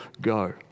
go